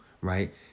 right